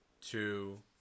two